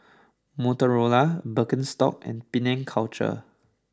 Motorola Birkenstock and Penang Culture